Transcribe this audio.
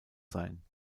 sein